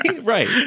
right